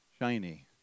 shiny